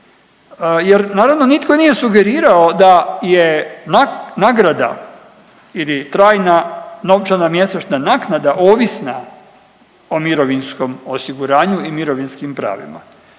jer naravno nitko nije sugerirao da je nagrada ili trajna novčana mjesečna naknada ovisna o mirovinskom osiguranju i mirovinskim pravima.